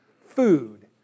food